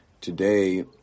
today